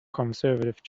conservative